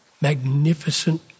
magnificent